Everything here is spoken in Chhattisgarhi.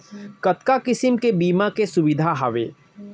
कतका किसिम के बीमा के सुविधा हावे?